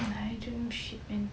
ah I don't know shit man